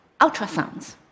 ultrasounds